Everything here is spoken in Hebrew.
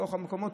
בתוך המקומות,